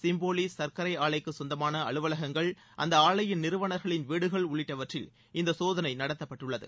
சிம்போலி சர்க்கரை ஆலைக்கு சொந்தமான அலுவலகங்கள் அந்த ஆலையின் நிறுவனர்களின் வீடுகள் உள்ளிட்டவற்றில் இந்த சோதனை நடத்தப்பட்டுள்ளது